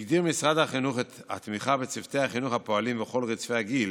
הגדיל משרד החינוך את התמיכה בצוותי החינוך הפועלים בכל רצפי הגיל